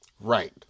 Right